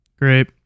Great